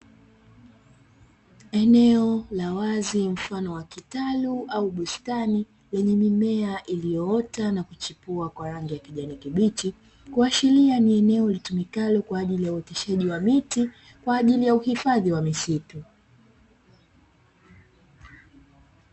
Eneo la wazi mfano wa kitalu au bustani lenye mimea iliyoota na kuchipua kwa rangi ya kijani kibichi, kuashiria ni eneo litumikalo kwa ajili ya uoteshaji wa miti kwa ajili ya uhifadhi wa misitu.